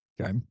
Okay